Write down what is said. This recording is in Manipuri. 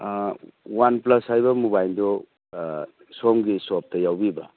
ꯑꯥ ꯋꯥꯟ ꯄ꯭ꯂꯁ ꯍꯥꯏꯕ ꯃꯣꯕꯥꯏꯜꯗꯣ ꯁꯣꯝꯒꯤ ꯁꯣꯞꯇ ꯌꯥꯎꯕꯤꯕ꯭ꯔ